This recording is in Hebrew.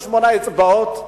28 אצבעות,